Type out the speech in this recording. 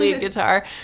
guitar